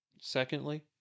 Secondly